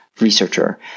Researcher